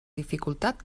dificultat